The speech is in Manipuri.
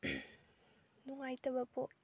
ꯅꯨꯡꯉꯥꯏꯇꯕ